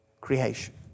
creation